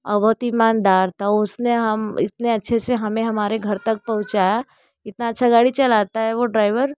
आउ बहुत ईमानदार था उसने हम इतने अच्छे से हमें हमारे घर तक पहुँचाया इतना अच्छा गाड़ी चलता है वो ड्राइवर